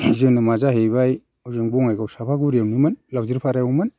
जोनोमा जाहैबाय ओजों बङाइगाव चाफागुरियावनोमोन लावज्रिफारायावमोन